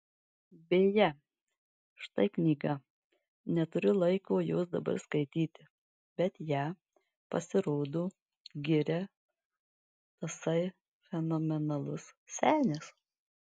beje štai knyga neturiu laiko jos dabar skaityti bet ją pasirodo giria tasai fenomenalus senis